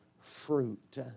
fruit